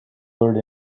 blurred